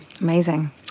Amazing